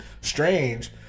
Strange